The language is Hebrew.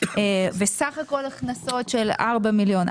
וסך הכל הכנסות של 4 מיליון,